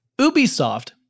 Ubisoft